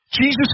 Jesus